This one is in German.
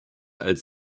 als